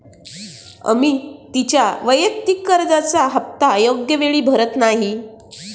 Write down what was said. अमिता तिच्या वैयक्तिक कर्जाचा हप्ता योग्य वेळी भरत नाही